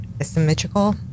asymmetrical